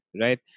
right